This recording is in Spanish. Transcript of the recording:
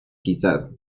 quizás